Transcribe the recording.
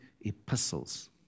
epistles